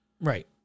Right